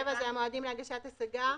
להגשת השגה.